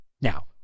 Now